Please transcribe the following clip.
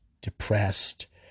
depressed